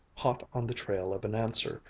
hot on the trail of an answer,